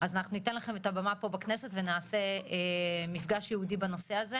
אז אנחנו ניתן לכם את הבמה פה בכנסת ונעשה מפגש ייעודי בנושא הזה.